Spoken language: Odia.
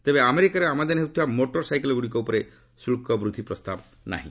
ତେବେ ଆମେରିକାରୁ ଆମଦାନୀ ହେଉଥିବା ମୋଟର ସାଇକେଲ୍ଗୁଡ଼ିକ ଉପରେ ଶୁଳ୍କ ବୃଦ୍ଧି କରାଯାଇ ନାହିଁ